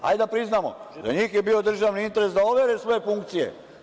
Hajde da priznamo, za njih je bio državni interes da overe svoje funkcije.